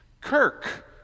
Kirk